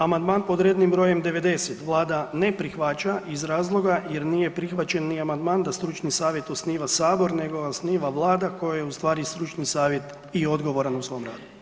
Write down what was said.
Amandman pod rednim br. 90 vlada ne prihvaća iz razloga jer nije prihvaćen ni amandman da stručni savjet osniva sabor nego ga osniva vlada kojoj je u stvari stručni savjet i odgovoran u svom radu.